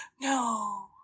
no